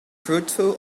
fruitful